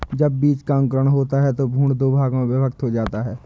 जब बीज का अंकुरण होता है तो भ्रूण दो भागों में विभक्त हो जाता है